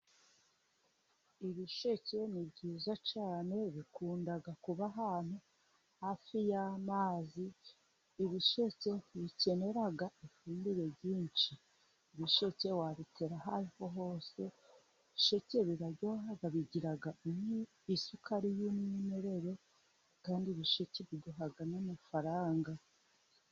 Ibisheke ni byiza cyane, bikunda kuba ahantu hafi y'amazi, ibisheke nti bikenera ifumbire ryinshi, ibisheke wabitera aho ari ho hose, ibisheke biraryoha bigira isukari y'umwimerere, kandi ibisheke bigira n'amafaranga.